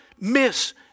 miss